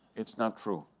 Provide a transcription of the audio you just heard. it's not true.